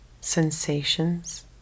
sensations